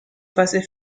fase